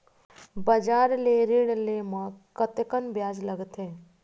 बजार ले ऋण ले म कतेकन ब्याज लगथे?